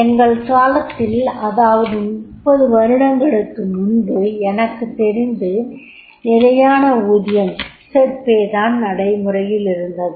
எங்கள் காலத்தில் அதாவது 30 வருடங்களுக்கு முன்பு எனக்குத்தெரிந்து 'நிலையான ஊதியம்' தான் நடைமுறையிலிருந்தது